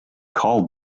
called